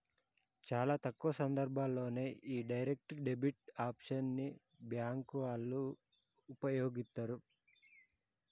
చాలా తక్కువ సందర్భాల్లోనే యీ డైరెక్ట్ డెబిట్ ఆప్షన్ ని బ్యేంకు వాళ్ళు వుపయోగిత్తరు